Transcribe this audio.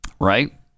Right